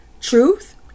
truth